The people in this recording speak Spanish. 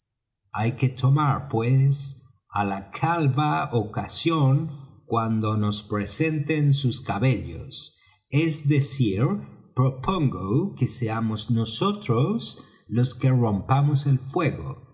hay que tomar pues á la calva ocasión cuando nos presente sus cabellos es decir propongo que seamos nosotros los que rompamos el fuego